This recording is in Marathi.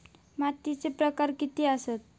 मातीचे प्रकार किती आसत?